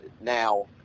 now